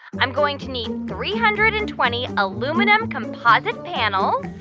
i'm going to need three hundred and twenty aluminum composite panels.